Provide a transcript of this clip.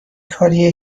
کاریه